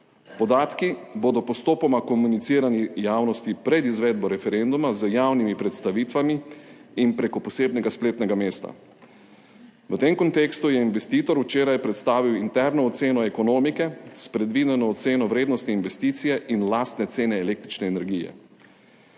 podatki bodo postopoma komunicirani javnosti pred izvedbo referenduma z javnimi predstavitvami in prek posebnega spletnega mesta. V tem kontekstu je investitor včeraj predstavil interno oceno ekonomike s predvideno oceno vrednosti investicije in lastne cene električne energije.